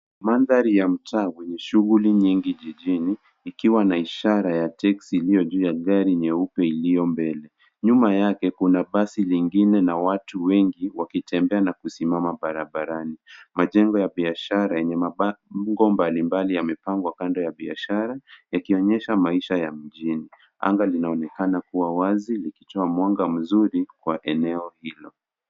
Mandhari ya mtaa wenye shughuli nyingi jijini ikiwa na ishara ya teksi iliyo juu ya gari nyeupe iliyo mbele. Nyuma yake kuna basi lingine na watu wengi wakitembea na kusimama barabarani. Majengo ya biashara yenye mabango mbalimbali yamepangwa kando ya biashara yakionyesha maisha ya mjini. Anga linaonekana kuwa wazi likitoa mwanga mzuri kwa eneo hilo.